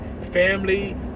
family